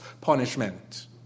punishment